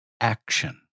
action